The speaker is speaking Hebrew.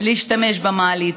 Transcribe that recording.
ולהשתמש במעלית,